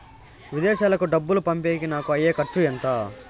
విదేశాలకు డబ్బులు పంపేకి నాకు అయ్యే ఖర్చు ఎంత?